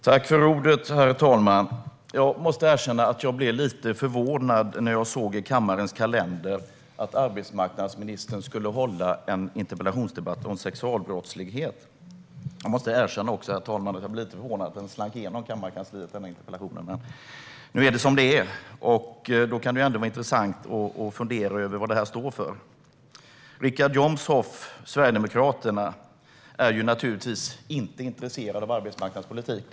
Herr talman! Jag måste erkänna att jag blev lite förvånad när jag såg i kammarens kalender att arbetsmarknadsministern skulle svara på en interpellation om sexualbrottslighet. Jag måste också erkänna, herr talman, att jag blir lite förvånad över att interpellationen slank igenom kammarkansliet. Men nu är det som det är, och då kan det vara intressant att fundera över vad detta står för. Richard Jomshof, Sverigedemokraterna, är naturligtvis inte intresserad av arbetsmarknadspolitik.